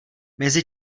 mezi